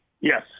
Yes